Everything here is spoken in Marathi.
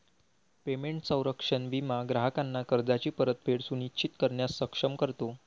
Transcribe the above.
पेमेंट संरक्षण विमा ग्राहकांना कर्जाची परतफेड सुनिश्चित करण्यास सक्षम करतो